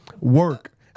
work